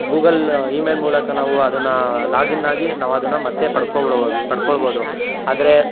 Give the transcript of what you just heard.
Google email ಮೂಲಕ ನಾವು ಅದನ್ನ ಲಾಗಿನ್ನಾಗಿ ನಾವು ಅದನ್ನ ಮತ್ತು ಪಡ್ಕೊಬಿಡ್ಬೋದು ಪಡ್ಕೊಳ್ಬೋದು ಆದ್ರೆ